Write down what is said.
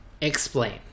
explain